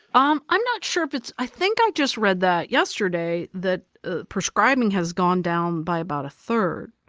um i'm not sure if it's. i think i just read that yesterday, that prescribing has gone down by about a third.